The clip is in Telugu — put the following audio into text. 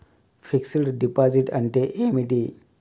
ఫిక్స్ డ్ డిపాజిట్ అంటే ఏమిటి?